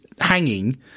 hanging